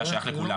המידע שייך לכולם.